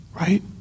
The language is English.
right